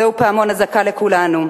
זהו פעמון אזעקה לכולנו.